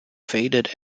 faded